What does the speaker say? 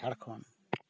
Jharkhand